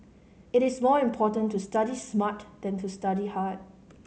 it is more important to study smart than to study hard